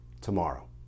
tomorrow